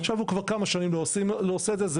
הוא כבר כמה שנים לא עושה את זה,